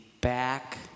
back